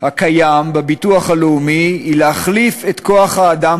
הקיים בביטוח הלאומי היא להחליף את כוח האדם